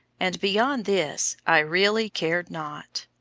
and beyond this i really cared not.